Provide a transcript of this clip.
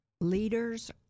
leaders